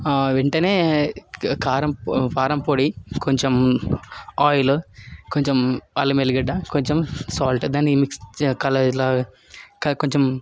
వెంటనే కారం కారంపొడి కొంచెం ఆయిల్ కొంచెం అల్లం ఎల్లిగడ్డ కొంచెం సాల్ట్ దాన్ని మిక్స్ కలర్ ఇలా కొంచెం